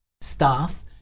staff